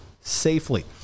safely